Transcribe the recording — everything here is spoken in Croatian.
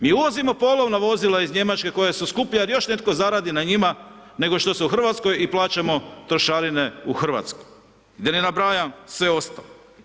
Mi uvozimo polovna vozila iz Njemačke koja su skuplja jer još netko zaradi na njima nego što se u Hrvatskoj i plaćamo trošarine u Hrvatskoj. da ne nabrajam sve ostalo.